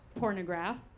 pornograph